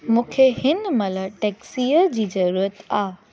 मूंखे हिन महिल टेक्सीअ जी ज़रूरत आहे